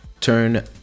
turn